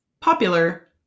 popular